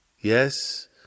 yes